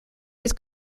his